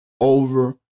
over